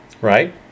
Right